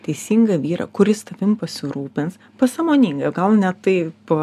teisingą vyrą kuris tavim pasirūpins pasąmoningai o gal ne taip